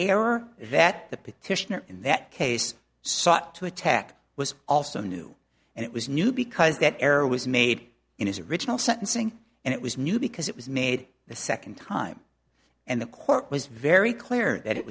petitioner in that case sought to attack was also new and it was new because that error was made in his original sentencing and it was new because it was made the second time and the court was very clear that it